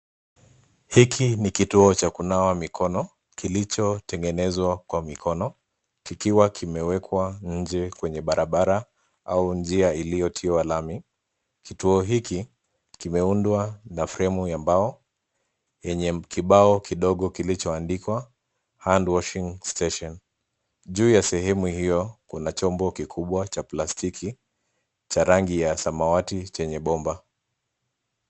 Hiki ni kituo cha kunawa mikono kilicho tengenezwa kwa mikono, kikiwa imekwa nje kwenye barabara au njia iliotiwa lami. Kituo hiki kimeundwa na fremu ya mbao enye kibao kidogo kilicho andikwa Hand washing station . Juu ya sehemu hio kuna chombo kikubwa cha plastiki cha rangi ya zamawati chenye pomba.